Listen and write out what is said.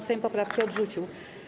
Sejm poprawki odrzucił.